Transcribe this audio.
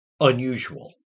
unusual